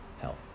health